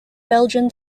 belgian